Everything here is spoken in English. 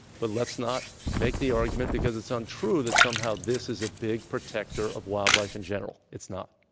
but let's not make the argument because it's untrue that somehow this is a big protector of wildlife in general. it's not.